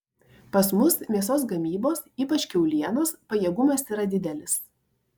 pas mus mėsos gamybos ypač kiaulienos pajėgumas yra didelis